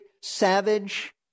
savage